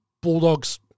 Bulldogs